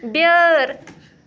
بیٛٲر